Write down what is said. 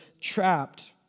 trapped